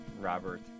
Robert